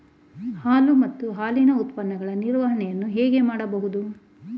ಹಾಲು ಮತ್ತು ಹಾಲಿನ ಉತ್ಪನ್ನಗಳ ನಿರ್ವಹಣೆಯನ್ನು ಹೇಗೆ ಮಾಡಬಹುದು?